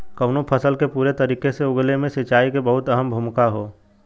कउनो फसल के पूरी तरीके से उगले मे सिंचाई के बहुते अहम भूमिका हौ